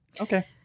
Okay